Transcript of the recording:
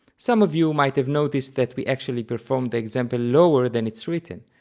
some of you might have noticed that we actually performed the example lower than it's written,